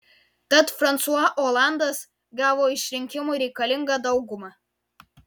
tad fransua olandas gavo išrinkimui reikalingą daugumą